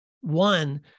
One